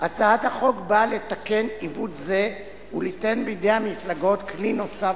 הצעת החוק באה לתקן עיוות זה וליתן בידי המפלגות כלי נוסף,